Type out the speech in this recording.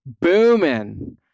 booming